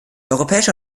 europäische